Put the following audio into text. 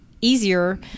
easier